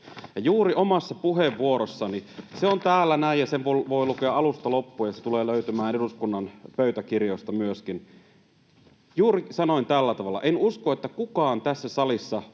juuri omassa puheenvuorossani — se on täällä näin [Puhuja näyttää paperia], ja sen voi lukea alusta loppuun, ja se tulee löytymään myöskin eduskunnan pöytäkirjoista — sanoin tällä tavalla: ”En usko, että kukaan tässä salissa